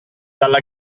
dalla